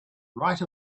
right